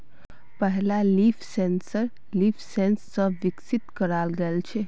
पहला leaf sensor leaf sense स विकसित कराल गेल छेक